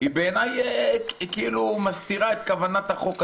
בעיניי מסתירה את כוונת החוק עצמו.